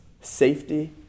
safety